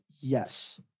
Yes